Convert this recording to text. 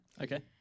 Okay